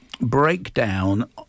breakdown